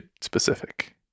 specific